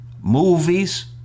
Movies